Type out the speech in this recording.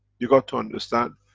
you got to understand,